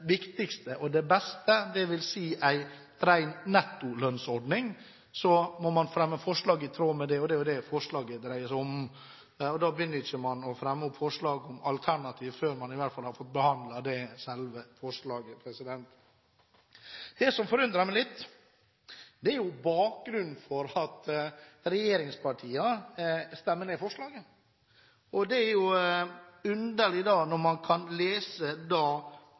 forslaget dreier seg om, og da begynner man ikke å fremme forslag om alternativ før man i hvert fall har fått behandlet selve forslaget. Det som forundrer meg litt, er bakgrunnen for at regjeringspartiene stemmer ned forslaget. Det er jo underlig når man kan lese